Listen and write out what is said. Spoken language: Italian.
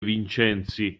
vincenzi